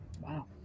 Wow